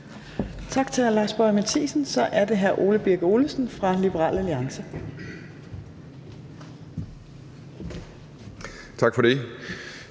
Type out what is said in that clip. Tak til hr. Lars Boje Mathiesen. Så er det hr. Ole Birk Olesen fra Liberal Alliance. Kl.